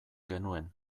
genuen